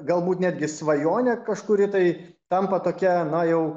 galbūt netgi svajonė kažkuri tai tampa tokia na jau